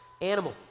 animal